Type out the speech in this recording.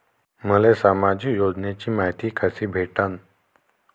मले सामाजिक योजनेची मायती कशी भेटन?